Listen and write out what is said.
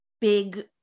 big